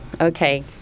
okay